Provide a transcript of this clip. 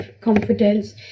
confidence